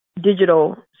Digital